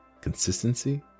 consistency